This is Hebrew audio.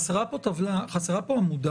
חסרה פה עמודה